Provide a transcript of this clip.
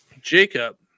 Jacob